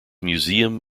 museum